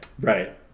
Right